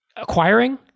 acquiring